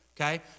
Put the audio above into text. okay